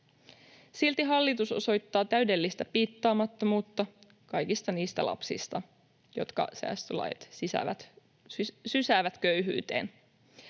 silti hallitus osoittaa täydellistä piittaamattomuutta kaikista niistä lapsista, jotka säästölait sysäävät köyhyyteen.